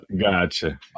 gotcha